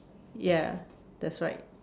ya that's right